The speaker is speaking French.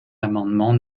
l’amendement